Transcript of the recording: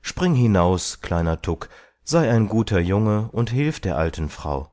spring hinaus kleiner tuk sei ein guter junge und hilf der alten frau